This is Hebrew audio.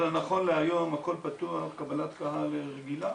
אבל נכון להיום הכול פתוח, קבלת קהל רגילה.